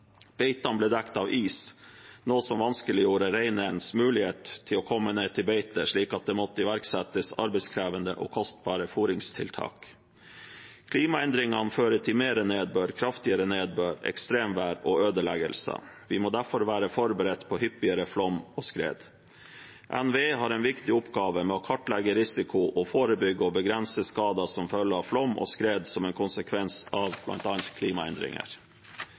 Beitene ble dekket av is, noe som vanskeliggjorde reineieres mulighet til å komme ned til beitet, slik at det måtte iverksettes arbeidskrevende og kostbare foringstiltak. Klimaendringene fører til mer nedbør, kraftigere nedbør, ekstremvær og ødeleggelser. Vi må derfor være forberedt på hyppigere flom og skred. NVE har en viktig oppgave med å kartlegge risiko og forebygge og begrense skader som følge av flom og skred som en konsekvens av bl.a. klimaendringer.